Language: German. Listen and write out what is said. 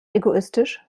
egoistisch